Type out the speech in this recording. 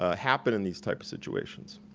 ah happen in these type of situation.